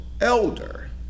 elder